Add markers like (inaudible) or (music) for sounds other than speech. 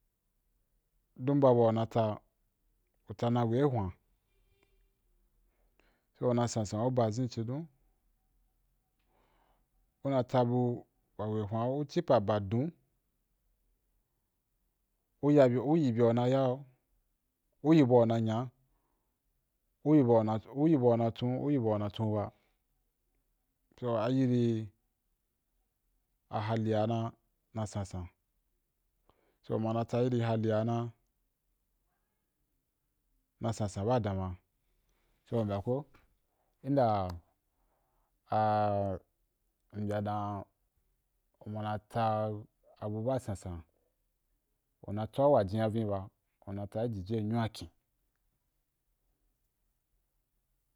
Tun ba bua u na tsa u tsa we i hwan’a so na sansan u ba ʒin’i cidon u na tsabu we hwan̄a, u ci pa’ ba don u ya be, u yi be wa u na ya yo, u yi bua u na nya’, u yi, u bua una chon’u ba, so ayi hali’a na na sansan, so u ma na tsa yii hami’a a na sansan ba damar so u mbyaa ko, nda (hesitation) mbyaa dan u na tsabu ba sansan u na tsa’u wa hunna vinni ba u na tsa bi, u na tsa i jiji nyini’a kin.